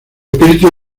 espíritus